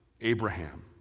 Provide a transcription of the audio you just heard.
Abraham